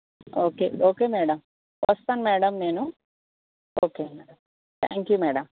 okay okay madam వస్తాను madam నేను okay thank you madam